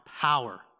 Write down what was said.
power